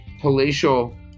palatial